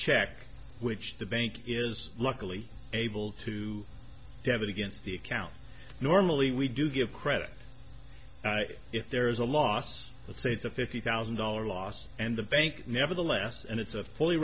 check which the bank is luckily able to have against the account normally we do give credit if there is a loss let's say it's a fifty thousand dollar loss and the bank nevertheless and it's a fully